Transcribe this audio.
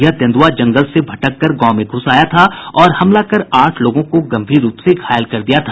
यह तेंदुआ जंगल से भटककर गांव में घुस आया था और हमला कर आठ लोगों को गंभीर रूप से घायल कर दिया था